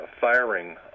firing